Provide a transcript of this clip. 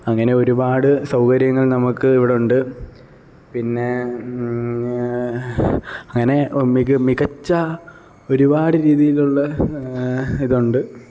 അങ്ങനെ ഒരുപാട് സൗകര്യങ്ങൾ നമുക്ക് ഇവിടെയുണ്ട് പിന്നെ അങ്ങനെ മികച്ച ഒരുപാട് രീതിയിലുള്ള ഇതുണ്ട്